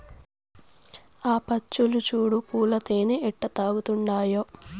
ఆ పచ్చులు చూడు పూల తేనె ఎట్టా తాగతండాయో